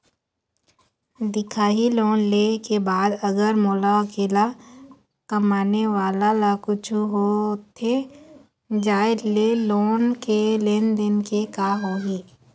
दिखाही लोन ले के बाद अगर मोला अकेला कमाने वाला ला कुछू होथे जाय ले लोन के लेनदेन के का होही?